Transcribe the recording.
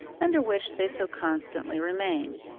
under which they so constantly remain.